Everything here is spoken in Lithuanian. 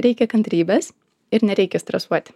reikia kantrybės ir nereikia stresuoti